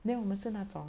then 我们是那种